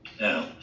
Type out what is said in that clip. Now